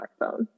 smartphone